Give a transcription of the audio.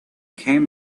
came